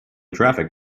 traffic